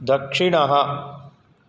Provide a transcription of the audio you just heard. दक्षिणः